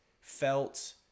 felt